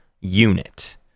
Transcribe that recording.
unit